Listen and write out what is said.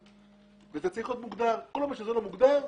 הוועדה לא מוגדרת.